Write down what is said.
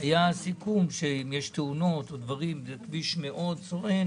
היה סיכום שאם יש תאונות וזה כביש מאוד סואן